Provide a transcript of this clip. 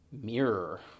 mirror